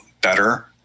better